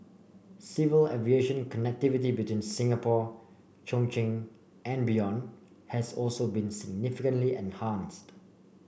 civil aviation connectivity between Singapore Chongqing and beyond has also been significantly and enhanced